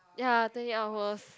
ya twenty hours